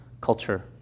culture